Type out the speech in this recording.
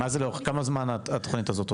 כמה זמן התוכנית הזאת עובדת?